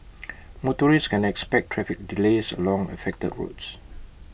motorists can expect traffic delays along affected roads